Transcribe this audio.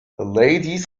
ladies